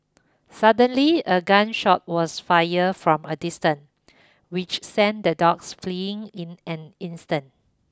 suddenly a gun shot was fired from a distance which sent the dogs fleeing in an instant